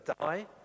die